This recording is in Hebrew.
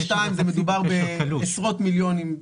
ב-22' מדובר בעשרות מיליונים,